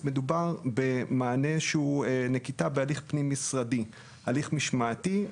אז מדובר במענה שהוא נקיטה בהליך פנים-משרדי הליך משמעתי,